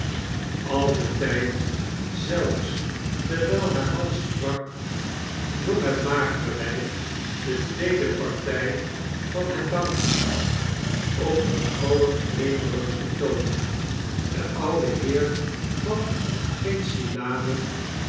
al den tyd zelfs terwijl haar man sprak zong het magere wyf de tweede party van het danklied op den allerfleemerigsten toon de oude heer gaf